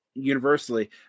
universally